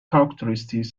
characteristic